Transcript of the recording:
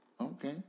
Okay